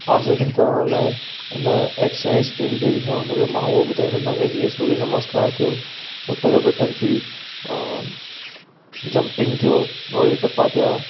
horse riding करण लाइ हिन एक्ससाइज़ कहिड़ी कहिड़ी करणु खपे मां उहो ॿुधाईंदमि तव्हां खे जीअं सूर्य नमस्कारु थियो उठक बैठक थी जंपिंग थियो नोड़ी टिपा थिया